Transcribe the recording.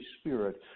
Spirit